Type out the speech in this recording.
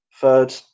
third